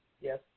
Yes